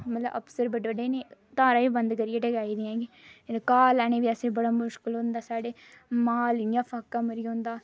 मतलब अफ्सर बड्डे बड्डे न इ'नें धारा बी बंद करियै टकाई दियां घा लैने गी असेंगी बड़ा मुश्कल होंदा साढ़े माल इ'यां फाक्का मरी जंदा